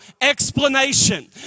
explanation